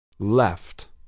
Left